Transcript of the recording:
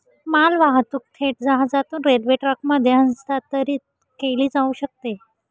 मालवाहतूक थेट जहाजातून रेल्वे ट्रकमध्ये हस्तांतरित केली जाऊ शकते